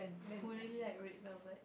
who really like red velvet